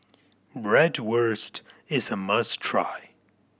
bratwurst is a must try